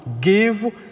give